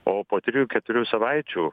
o po trijų keturių savaičių